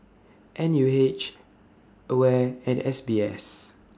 N U H AWARE and S B S